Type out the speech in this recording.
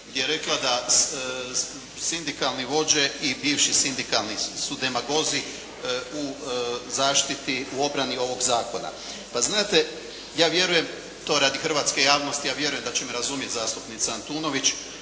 gdje je rekla da sindikalni vođe i bivši sindikalni su demagozi u zaštiti, u obrani ovog zakona. Pa znate ja vjerujem to radi hrvatske javnosti, ja vjerujem da će me razumjeti zastupnica Antunović,